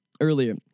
earlier